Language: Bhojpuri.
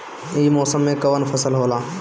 ई मौसम में कवन फसल होला?